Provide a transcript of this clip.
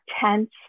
tense